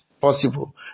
possible